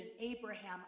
Abraham